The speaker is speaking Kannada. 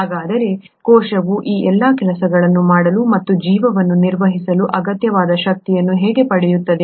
ಹಾಗಾದರೆ ಕೋಶವು ಈ ಎಲ್ಲಾ ಕೆಲಸಗಳನ್ನು ಮಾಡಲು ಮತ್ತು ಜೀವನವನ್ನು ನಿರ್ವಹಿಸಲು ಅಗತ್ಯವಾದ ಶಕ್ತಿಯನ್ನು ಹೇಗೆ ಪಡೆಯುತ್ತದೆ